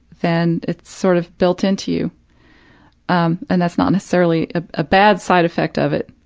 then it's sort of built into you um and that's not necessarily a bad side effect of it,